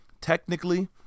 Technically